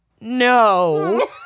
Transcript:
no